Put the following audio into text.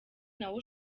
nawe